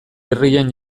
herrian